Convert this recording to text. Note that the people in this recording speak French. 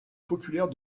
populaire